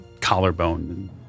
collarbone